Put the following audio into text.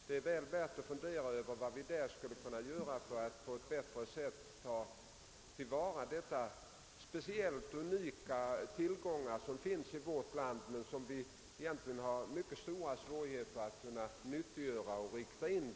Det är väl värt att fundera över hur vi skall kunna ta till vara de unika tillgångar som finns i vårt land men som vi har svårt att nyttiggöra oss.